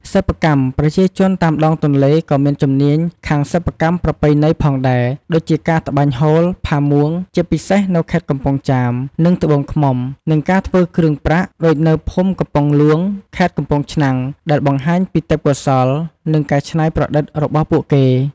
សិប្បកម្ម ប្រជាជនតាមដងទន្លេក៏មានជំនាញខាងសិប្បកម្មប្រពៃណីផងដែរ ដូចជា ការត្បាញហូល ផាមួង ជាពិសេសនៅខេត្តកំពង់ចាម និងត្បូងឃ្មុំ និង ការធ្វើគ្រឿងប្រាក់ ដូចនៅភូមិកំពង់ហ្លួង ខេត្តកំពង់ឆ្នាំង ដែលបង្ហាញពីទេពកោសល្យ និងការច្នៃប្រឌិតរបស់ពួកគេ។